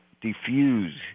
diffuse